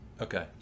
Okay